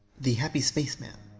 thehappyspaceman.